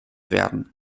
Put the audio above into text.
werden